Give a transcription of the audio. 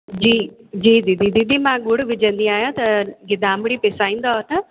जी जी दीदी दीदी मां गुड़ु विझंदी आहियां त गिदामिड़ी पिसाईंदव न